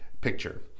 picture